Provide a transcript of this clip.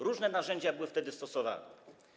Różne narzędzia były wtedy stosowane.